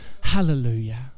Hallelujah